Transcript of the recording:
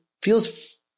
feels